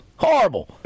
Horrible